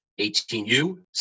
18U